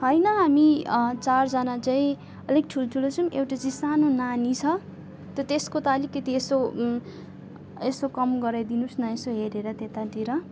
होइन हामी चारजना चाहिँ अलिक ठुल्ठुलो छौँ एउटा चाहिँ सानो नानी छ त त्यसको त अलिकति यसो यसो कम गराइदिनु होस् न यसो हेरेर त्यतातिर